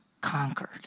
conquered